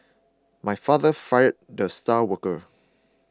my father fired the star worker